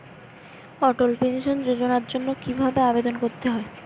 অটল pension যোজনার জন্য কি ভাবে আবেদন করতে হয়?